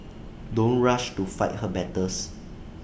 don't rush to fight her battles